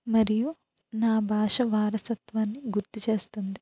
మరియు నా భాష వారసత్వాన్ని గుర్తు చేస్తుంది